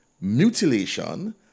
mutilation